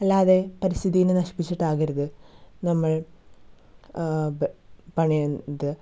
അല്ലാതെ പരിസ്ഥിതിയെ നശിപ്പിച്ചിട്ടാകരുത് നമ്മൾ ബ് പണിയുന്നത്